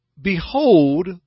behold